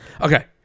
Okay